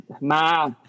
ma